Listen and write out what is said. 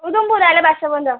उधमपुर आह्ले पास्से पौंदा